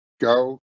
go